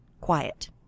quiet